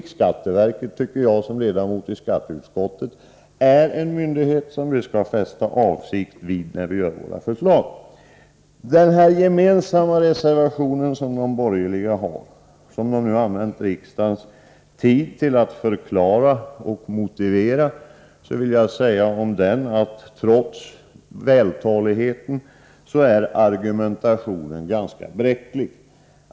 Jag tycker, som ledamot i skatteutskottet, att riksskatteverket är en myndighet vars yttranden vi måste fästa avseende vid när vi lägger fram våra förslag. Beträffande den gemensamma borgerliga reservationen, som man nu använt riksdagens tid till att förklara och motivera, vill jag säga att trots vältaligheten är argumentationen ganska bräcklig.